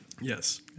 yes